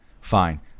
fine